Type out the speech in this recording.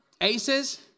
Aces